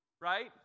right